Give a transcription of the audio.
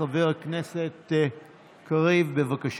חבר הכנסת קריב, בבקשה.